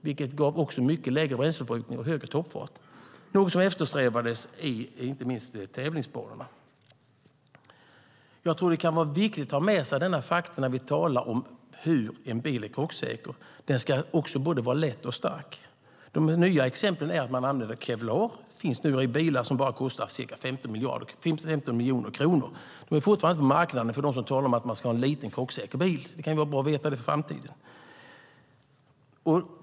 Det gav mycket lägre bränsleförbrukning och högre toppfart, något som eftersträvades inte minst på tävlingsbanorna. Jag tror att det kan vara viktigt att ha med sig dessa fakta när vi talar om hur en bil är krocksäker - den ska vara både lätt och stark. De nya exemplen är att man använder Kevlar. Det finns nu i bilar som bara kostar ca 15 miljoner kronor. De är fortfarande inte på marknaden, för dem som talar om att man ska ha en liten och krocksäker bil, men det kan vara bra att veta det för framtiden.